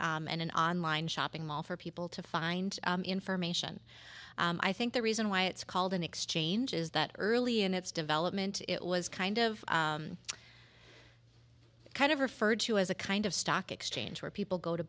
and an online shopping mall for people to find information i think the reason why it's called an exchange is that early in its development it was kind of kind of referred to as a kind of stock exchange where people go to